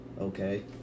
okay